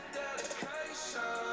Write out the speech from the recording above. dedication